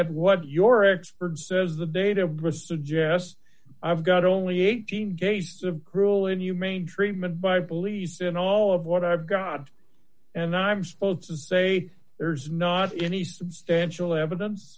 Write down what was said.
at what your expert says the data rissa jess i've got only eighteen cases of cruel inhumane treatment by police in all of what i've got and i'm supposed to say there's not any substantial evidence